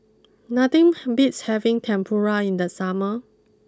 nothing beats having Tempura in the summer